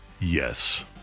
Yes